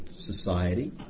society